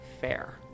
fair